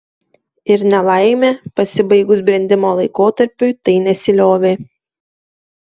ir nelaimė pasibaigus brendimo laikotarpiui tai nesiliovė